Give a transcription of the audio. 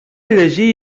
llegir